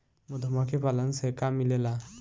मधुमखी पालन से का मिलेला?